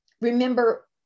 remember